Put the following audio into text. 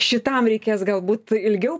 šitam reikės galbūt ilgiau